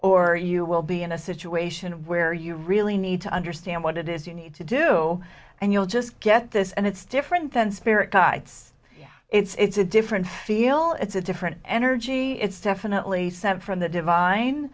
or you will be in a situation where you really need to understand what it is you need to do and you'll just get this and it's different than spirit guides it's a different feel it's a different energy it's definitely sent from the